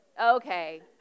Okay